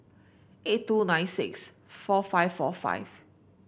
eight two nine six four five four five